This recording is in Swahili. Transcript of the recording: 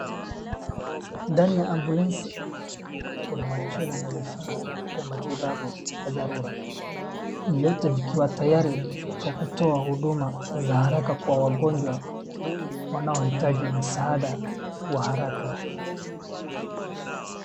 Ndani ya ambulensi kuna machera na vifaa vya matibabu ya dharura. Vyote vikiwa tayari kwa kutoa huduma za haraka kwa wagonjwa wanaohitajii msaada wa haraka.